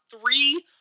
three